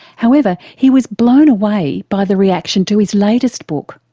however, he was blown away by the reaction to his latest book,